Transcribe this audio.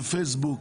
בפייסבוק,